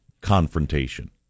confrontation